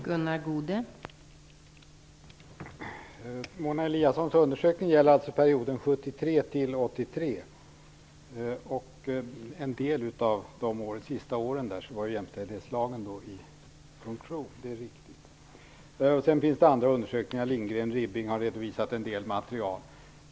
Fru talman! Mona Eliassons undersökning gäller alltså perioden 1973-1983. Under de sista åren var alltså jämställdhetslagen i funktion, det är riktigt. Det finns även andra undersökningar - Lindgren och Ribbing har redovisat en del material.